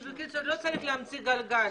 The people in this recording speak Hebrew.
בקיצור, לא צריך להמציא את הגלגל.